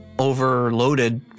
overloaded